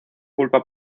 culpa